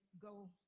go